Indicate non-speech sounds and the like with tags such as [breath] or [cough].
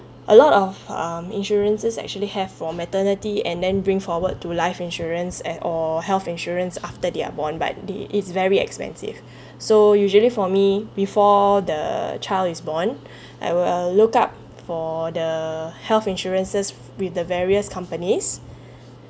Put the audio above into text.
a lot of um insurances actually have for maternity and then bring forward to life insurance at or health insurance after they are born but it's it's very expensive [breath] so usually for me before the child is born [breath] I will look up for the health insurances with the various companies